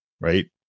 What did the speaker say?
right